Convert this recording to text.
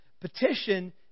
Petition